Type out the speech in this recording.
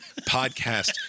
podcast